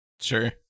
Sure